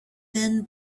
thin